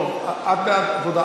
את בעד עבודה,